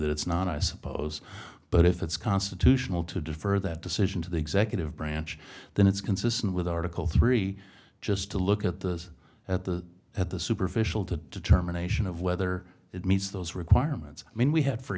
that it's not i suppose but if it's constitutional to defer that decision to the executive branch then it's consistent with article three just to look at those at the at the superficial to determination of whether it meets those requirements i mean we have for